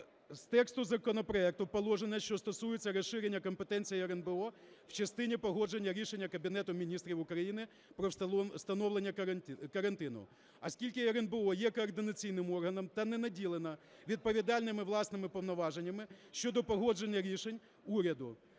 з тексту законопроекту положення, що стосуються розширення компетенції РНБО в частині погодження рішення Кабінету Міністрів України про встановлення карантину, оскільки РНБО є координаційним органом та не наділена відповідальними власними повноваженнями щодо погодження рішень уряду,